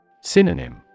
Synonym